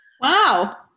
Wow